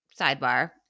sidebar